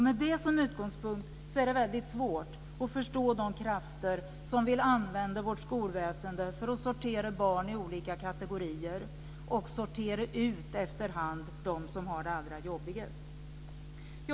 Med det som utgångspunkt är det väldigt svårt att förstå de krafter som vill använda vårt skolväsende för att sortera barn i olika kategorier och efterhand sortera ut dem som har det allra jobbigast.